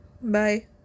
Bye